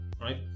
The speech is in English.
right